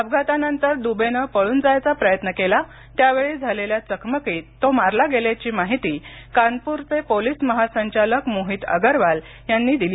अपघातानंतर दुंबेनं पळून जायचा प्रयत्न केला त्यावेळी झालेल्या चकमकीत तो मारला गेल्याची माहिती कानपूरचे पोलिस महासंचालक मोहीतअगरवाल यांनी दिली